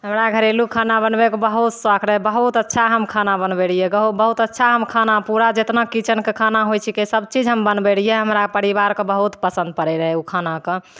हमरा घरेलू खाना बनबैके बहुत सौख रहै बहुत अच्छा हम खाना बनबै रहिए गाम बहुत अच्छा हम खाना पूरा जतना किचनके खाना होइ छिकै सबचीज हम बनबै रहिए हमरा परिवारके बहुत पसन्द पड़ै रहै ओ खानाके